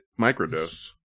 microdose